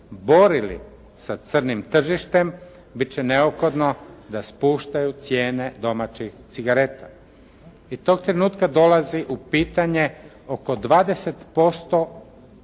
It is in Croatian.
borili sa crnim tržištem bit će neophodno da spuštaju cijene domaćih cigareta. I tog trenutka dolazi u pitanje oko 20%